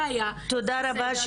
תודה רבה.